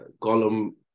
column